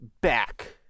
back